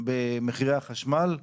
במחירי החשמל?